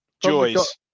Joys